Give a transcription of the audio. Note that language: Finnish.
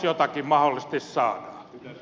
arvoisa puhemies